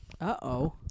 Uh-oh